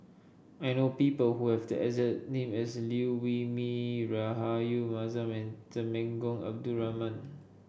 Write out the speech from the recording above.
I know people who have the exact name as Liew Wee Mee Rahayu Mahzam and Temenggong Abdul Rahman